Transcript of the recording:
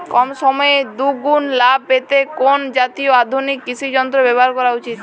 কম সময়ে দুগুন লাভ পেতে কোন জাতীয় আধুনিক কৃষি যন্ত্র ব্যবহার করা উচিৎ?